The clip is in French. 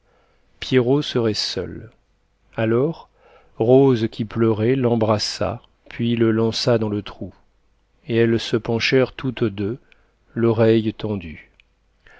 pierrot serait seul alors rose qui pleurait l'embrassa puis le lança dans le trou et elles se penchèrent toutes deux l'oreille tendue